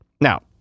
Now